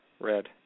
red